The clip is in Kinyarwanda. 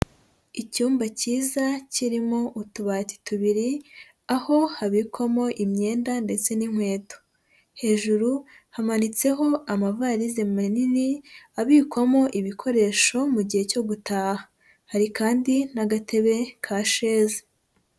Icyumba cyiza kirimo utubati tubiri aho habikwamo imyenda ndetse n'inkweto, hejuru hamanitseho amavarize manini abikwamo ibikoresho mu gihe cyo gutaha, hari kandi n'agatebe ka sheze.